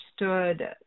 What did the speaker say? understood